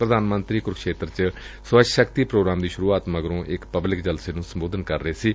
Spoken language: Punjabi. ਪ੍ਰਧਾਨ ਮੰਤਰੀ ਕੁਰਕੁਸ਼ੇਤਰ ਚ ਸਵੱਛ ਸ਼ਕਤੀ ਪ੍ਰੋਗਰਾਮ ਦੀ ਸੁਰੂਆਤ ਮਗਰੋ ਇਕ ਪਬਲਿਕ ਜਲਸੇ ਨੂੰ ਸੰਬੋਧਨ ਕਰ ਰਹੇ ਸਨ